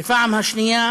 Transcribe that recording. בפעם השנייה